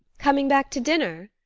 coming back to dinner?